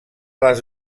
les